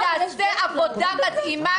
היא תעשה עבודה מדהימה,